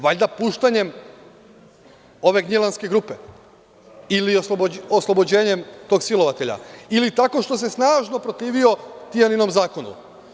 Valjda puštanjem ove Gnjilanske grupe ili oslobođenjem tog silovatelja ili tako što se snažno protivio Tijaninom zakonu.